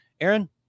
Aaron